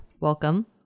Welcome